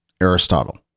Aristotle